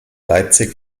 leipzig